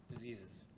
diseases.